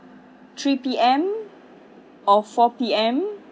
three P_M or four P_M